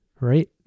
right